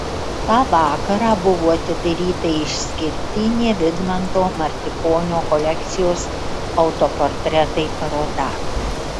tą vakarą buvo atidaryta išskirtinė vidmanto martikonio kolekcijos autoportretai paroda